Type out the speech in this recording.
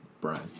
Brian